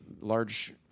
large